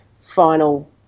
final